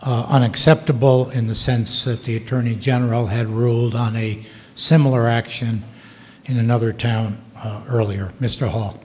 on acceptable in the sense that the attorney general had ruled on a similar action in another town earlier mr hall